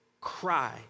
cry